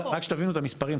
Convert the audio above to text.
רק שתבינו את המספרים,